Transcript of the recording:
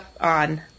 on